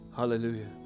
Hallelujah